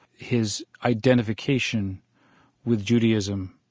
his identification with judaism,